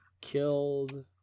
Killed